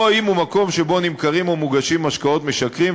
או אם הוא מקום שבו נמכרים או מוגשים משקאות משכרים,